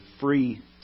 free